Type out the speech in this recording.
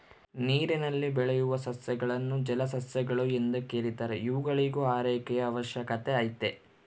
ನೀರಿನಲ್ಲಿ ಬೆಳೆಯುವ ಸಸ್ಯಗಳನ್ನು ಜಲಸಸ್ಯಗಳು ಎಂದು ಕೆರೀತಾರ ಇವುಗಳಿಗೂ ಆರೈಕೆಯ ಅವಶ್ಯಕತೆ ಐತೆ